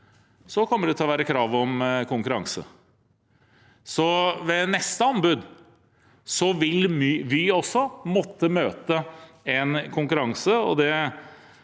kommer til å være krav om konkurranse. Ved neste anbud vil Vy også måtte møte en konkurranse.